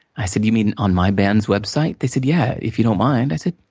i said, you mean, on my band's website? they said, yeah, if you don't mind. i said,